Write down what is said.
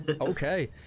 Okay